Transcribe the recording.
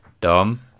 Dom